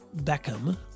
Beckham